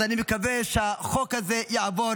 אז אני מקווה שהחוק הזה יעבור,